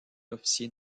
officier